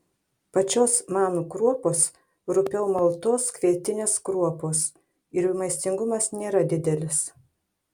pačios manų kruopos rupiau maltos kvietinės kruopos ir jų maistingumas nėra didelis